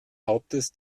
hauptes